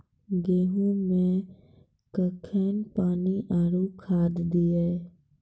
गेहूँ मे कखेन पानी आरु खाद दिये?